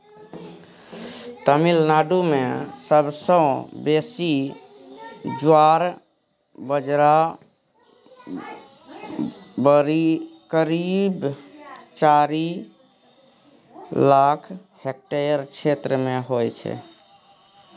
तमिलनाडु मे सबसँ बेसी ज्वार बजरा करीब चारि लाख हेक्टेयर क्षेत्र मे होइ छै